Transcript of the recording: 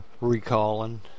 recalling